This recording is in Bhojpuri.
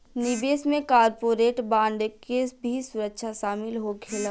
निवेश में कॉर्पोरेट बांड के भी सुरक्षा शामिल होखेला